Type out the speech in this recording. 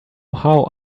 how